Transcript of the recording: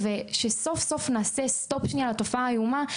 שסוף סוף נעשה סטופ מהתופעה האיומה.